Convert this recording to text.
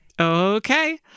Okay